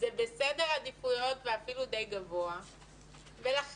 זה בסדר עדיפויות ואפילו די גבוה ולכן